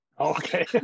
Okay